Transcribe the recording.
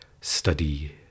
study